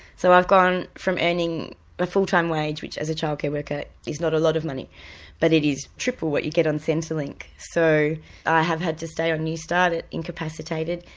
so i've gone from earning a full time wage which, as a childcare worker, is not a lot of money but it is triple what you get on centrelink, so i have had to stay on new start incapacitated,